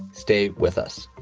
stay with us